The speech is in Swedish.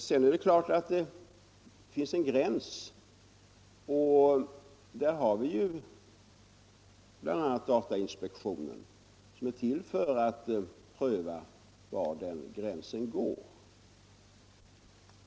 Sedan är det klart att det finns en gräns, och vi har ju bl.a. datainspektionen, som är till för att pröva var den gränsen går.